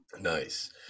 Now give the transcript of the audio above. Nice